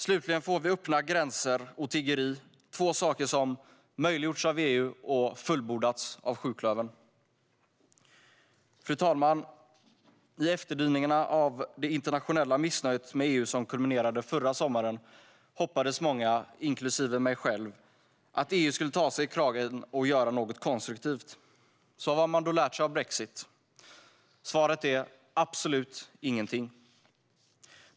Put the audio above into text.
Slutligen får vi öppna gränser och tiggeri, två saker som möjliggjorts av EU och fullbordats av sjuklövern. Fru talman! I efterdyningarna av det internationella missnöjet med EU, som kulminerade förra sommaren, hoppades många, inklusive jag själv, att EU skulle ta sig i kragen och göra något konstruktivt. Vad har man då lärt sig av brexit? Svaret är: absolut ingenting.